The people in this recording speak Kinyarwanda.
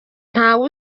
ntawe